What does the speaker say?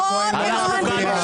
אנחנו כאן לשלוט.